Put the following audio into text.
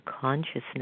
consciousness